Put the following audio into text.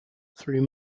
through